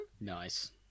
Nice